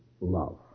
love